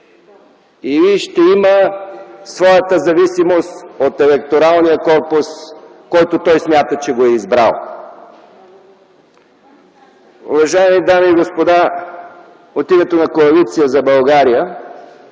ще има своята зависимост от електоралния корпус, който той смята, че го е избрал. Уважаеми дами и господа, от името на Коалиция за България